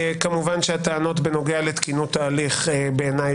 כמובן שהטענות בנוגע לתקינות ההליך בעיניי